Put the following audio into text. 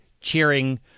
cheering